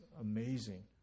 amazing